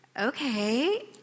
okay